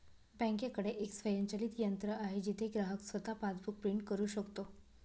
बँकेकडे एक स्वयंचलित यंत्र आहे जिथे ग्राहक स्वतः पासबुक प्रिंट करू शकतो